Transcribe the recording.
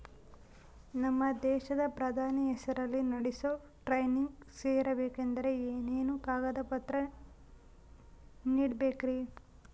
ನಮ್ಮ ದೇಶದ ಪ್ರಧಾನಿ ಹೆಸರಲ್ಲಿ ನಡೆಸೋ ಟ್ರೈನಿಂಗ್ ಸೇರಬೇಕಂದರೆ ಏನೇನು ಕಾಗದ ಪತ್ರ ನೇಡಬೇಕ್ರಿ?